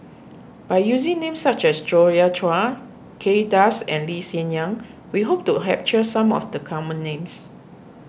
by using names such as Joi Chua Kay Das and Lee Hsien Yang we hope to some of the common names